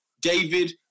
David